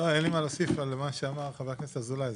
אין לי מה להוסיף על מה שאמר חבר הכנסת אזולאי.